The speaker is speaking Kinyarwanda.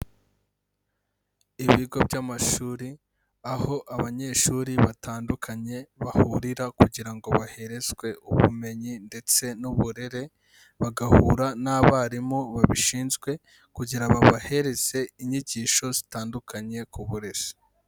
Ibigo by'amashuri, aho abanyeshuri batandukanye bahurira kugira ngo baherezwe ubumenyi ndetse n'uburere, bagahura n'abarimu babishinzwe kugira babahereze inyigisho zitandukanye ku burezi.